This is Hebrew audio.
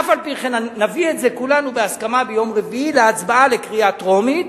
אף-על-פי-כן נביא את זה כולנו בהסכמה ביום רביעי להצבעה לקריאה טרומית,